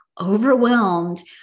overwhelmed